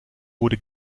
wurde